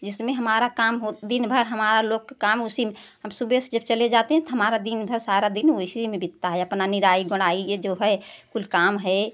जिसमें हमारा काम दिन भर हमारा लोग का काम उसी में हम सुबह से जब चले जाते हैं तो हमारा दिन भर सारा दिन उसी में बीतता है अपना निराई गोड़ाई ये जो है कुल काम है